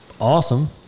awesome